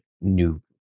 new